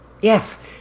Yes